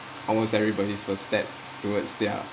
almost everybody's first step towards their